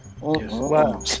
Wow